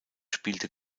spielte